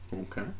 okay